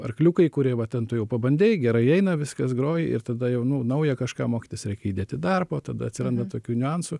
arkliukai kurie va ten tu jau pabandei gerai eina viskas groji ir tada jau nu naują kažką mokytis reikia įdėti darbo tada atsiranda tokių niuansų